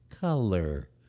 color